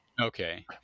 Okay